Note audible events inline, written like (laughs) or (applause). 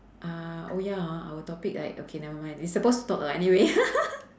uh oh ya hor our topic like okay never mind we supposed to talk lah anyway (laughs)